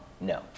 no